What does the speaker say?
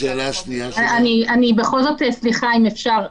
אם אפשר,